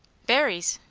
berries?